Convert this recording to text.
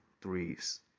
threes